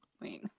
Wait